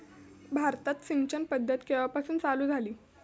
भारतात सिंचन पद्धत केवापासून चालू झाली?